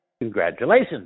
Congratulations